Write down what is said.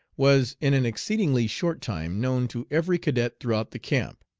was in an exceedingly short time known to every cadet throughout the camp,